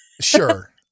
Sure